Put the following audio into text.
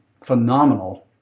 phenomenal